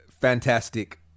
Fantastic